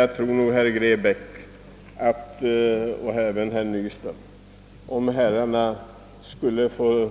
Vad skulle herr Grebäck och herr Nyström säga, om de själva